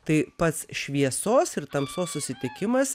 tai pats šviesos ir tamsos susitikimas